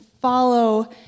follow